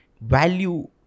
value